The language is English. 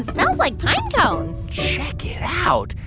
smells like pine cones check it out.